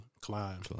climb